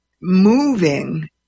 moving